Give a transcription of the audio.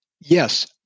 Yes